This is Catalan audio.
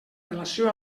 relació